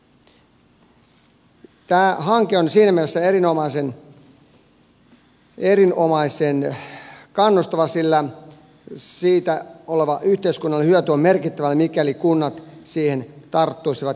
tämä hanke on siinä mielessä erinomaisen kannustava että siitä tuleva yhteiskunnallinen hyöty on merkittävä mikäli kunnat ja valtio siihen tarttuisivat